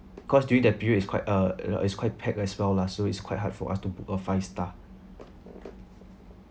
because during that period is quite uh it's quite pack as well lah so it's quite hard for us to book a five star